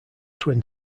twin